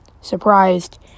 Surprised